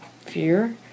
fear